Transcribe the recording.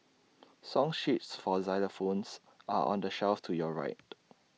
song sheets for xylophones are on the shelf to your right